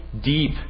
deep